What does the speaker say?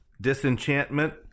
Disenchantment